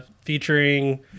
featuring